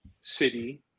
city